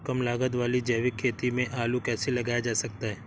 कम लागत वाली जैविक खेती में आलू कैसे लगाया जा सकता है?